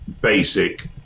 basic